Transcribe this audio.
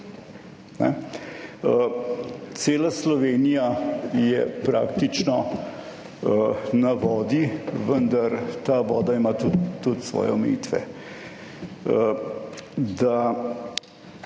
Cela Slovenija je praktično na vodi, vendar ta voda ima tudi svoje omejitve.